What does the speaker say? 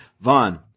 Vaughn